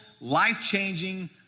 life-changing